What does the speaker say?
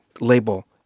label